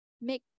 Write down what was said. make